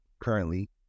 currently